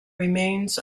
remains